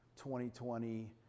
2020